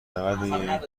نود